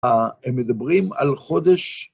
הם מדברים על חודש...